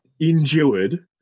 endured